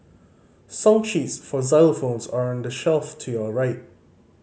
song sheets for xylophones are on the shelf to your right